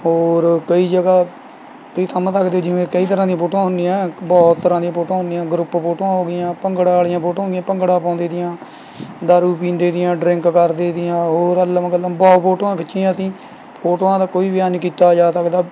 ਹੋਰ ਕਈ ਜਗ੍ਹਾ ਤੁਸੀਂ ਸਮਝ ਸਕਦੇ ਜਿਵੇਂ ਕਈ ਤਰ੍ਹਾਂ ਦੀਆਂ ਫੋਟੋਆਂ ਹੁੰਦੀਆਂ ਬਹੁਤ ਤਰ੍ਹਾਂ ਦੀਆਂ ਫੋਟੋਆਂ ਹੁੰਦੀਆਂ ਗਰੁੱਪ ਫੋਟੋਆਂ ਹੋਗੀਆਂ ਭੰਗੜਾ ਵਾਲ਼ੀਆਂ ਫੋਟੋਆਂ ਹੋਗੀਆਂ ਭੰਗੜਾ ਪਾਉਂਦੇ ਦੀਆਂ ਦਾਰੂ ਪੀਦੇਂ ਦੀਆਂ ਡਰਿੰਕ ਕਰਦੇ ਦੀਆਂ ਹੋਰ ਅੱਲਮ ਕੱਲਮ ਬਹੁਤ ਫੋਟੋਆਂ ਖਿੱਚੀਆਂ ਅਸੀਂ ਫੋਟੋਆਂ ਦਾ ਕੋਈ ਬਿਆਨ ਨਹੀਂ ਕੀਤਾ ਜਾ ਸਕਦਾ